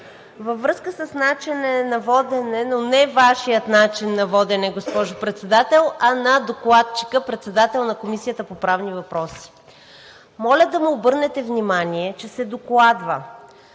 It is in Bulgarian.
Във връзка с начина на водене, но не Вашият начин на водене, госпожо Председател, а на докладчика – председател на Комисията по правни въпроси. Моля да му обърнете внимание, че се докладва